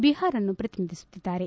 ಬಿಹಾರವನ್ನು ಪ್ರತಿನಿಧಿಸುತ್ತಿದ್ದಾರೆ